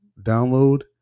Download